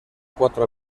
cuatro